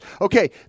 Okay